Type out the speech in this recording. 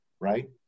right